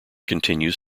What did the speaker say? continues